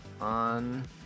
on